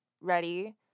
ready